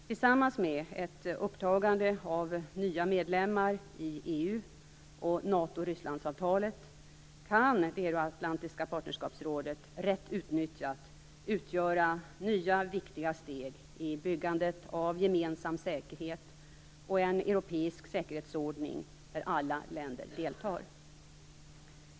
Tillsammans kan ett upptagande av nya medlemmar i EU, NATO-Ryssland-avtalet och Euroatlantiska partnerskapsrådet, rätt utnyttjat, utgöra nya viktiga steg i byggandet av gemensam säkerhet och en europeisk säkerhetsordning, där alla länder deltar.